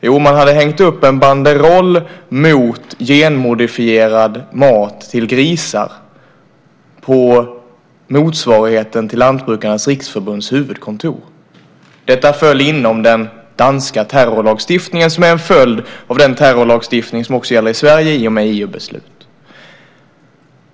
Jo, man hade hängt upp en banderoll mot genmodifierad mat till grisar på motsvarigheten till Lantbrukarnas Riksförbunds huvudkontor. Detta föll inom den danska terrorlagstiftningen, som är en följd av den terrorlagstiftning som också gäller i Sverige i och med EU-beslut.